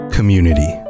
Community